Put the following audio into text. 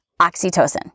oxytocin